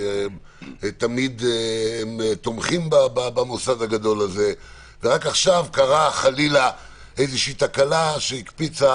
שתמיד הם תומכים במוסד הגדול הזה ורק עכשיו קרתה חלילה תקלה שהקפיצה